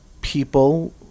people